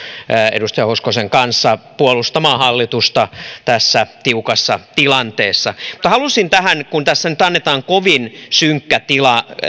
edustaja hoskosen kanssa puolustamaan hallitusta tässä tiukassa tilanteessa kun tässä nyt annetaan kovin synkkä